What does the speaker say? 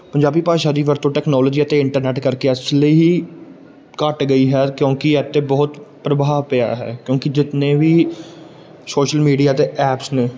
ਪੰਜਾਬੀ ਭਾਸ਼ਾ ਦੀ ਵਰਤੋਂ ਟੈਕਨੋਲਜੀ ਅਤੇ ਇੰਟਰਨੈਟ ਕਰਕੇ ਇਸ ਲਈ ਹੀ ਘੱਟ ਗਈ ਹੈ ਕਿਉਂਕਿ ਇਹ 'ਤੇ ਬਹੁਤ ਪ੍ਰਭਾਵ ਪਿਆ ਹੈ ਕਿਉਂਕਿ ਜਿਤਨੇ ਵੀ ਸੋਸ਼ਲ ਮੀਡੀਆ 'ਤੇ ਐਪਸ ਨੇ